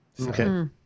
okay